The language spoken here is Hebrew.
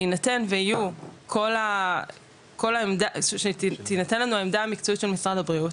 בהינתן ויהיו כל העמדות או כשתינתן לנו העמדה המקצועית של משרד הבריאות.